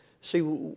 See